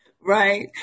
right